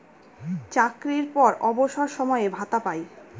চাকরির পর অবসর সময়ে ভাতা পায়